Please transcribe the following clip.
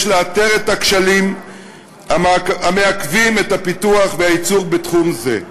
לאתר את הכשלים המעכבים את הפיתוח והייצור בתחום זה.